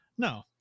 No